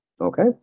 Okay